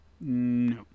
no